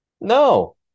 No